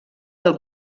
del